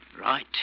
Right